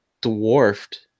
dwarfed